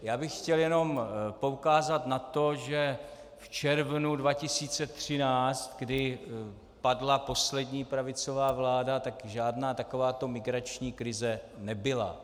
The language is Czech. Já bych chtěl jenom poukázat na to, že v červnu 2013, kdy padla poslední pravicová vláda, tak žádná takováto migrační krize nebyla.